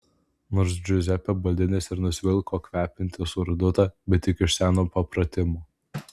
nors džiuzepė baldinis ir nusivilko kvepiantį surdutą bet tik iš seno papratimo